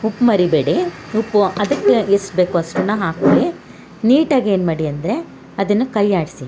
ಉಪ್ಪು ಮರಿಬೇಡಿ ಉಪ್ಪು ಅದಕ್ಕೆ ಎಷ್ಟು ಬೇಕೋ ಅಷ್ಟನ್ನ ಹಾಕ್ಕೊಳಿ ನೀಟಾಗಿ ಏನು ಮಾಡಿ ಅಂದರೆ ಅದನ್ನ ಕೈ ಆಡಿಸಿ